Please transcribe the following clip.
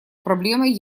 проблемой